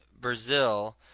Brazil